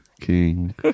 King